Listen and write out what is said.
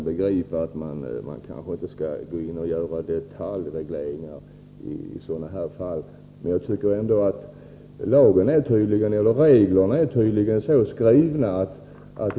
Herr talman! Jag kan begripa att man kanske inte skall gå in med detaljregleringar i sådana här fall.